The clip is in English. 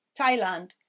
Thailand